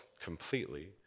completely